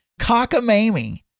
Cockamamie